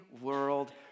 world